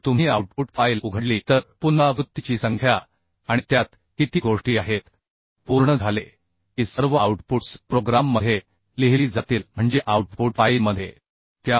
जर तुम्ही output file उघडली तर पुनरावृत्तीची संख्या आणि त्यात किती गोष्टी आहेतपूर्ण झाले की सर्व आऊटपुट्स प्रोग्राममध्ये म्हणजे आऊटपुट फाईलमध्ये लिहिली जातील